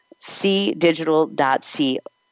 cdigital.co